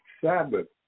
Sabbath